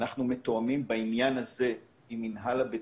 אנחנו מתואמים בעניין הזה עם מינהל הבטיחות.